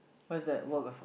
what is that work ah